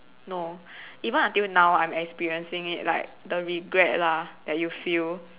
no even until now I'm experiencing it like the regret lah that you feel